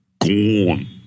gone